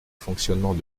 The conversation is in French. fonctionnement